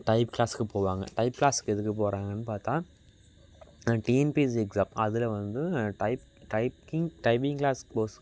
type க்ளாஸ்சுக்கு போவாங்க type க்ளாஸ்சுக்கு எதுக்கு போகிறாங்கன்னு பார்த்தா டிஎன்பிஎஸ்சி எக்ஸாம் அதில் வந்து type typing typing class course